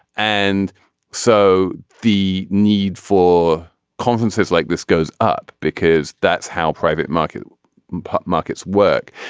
and so the need for conferences like this goes up because that's how private market markets work.